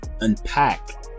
unpack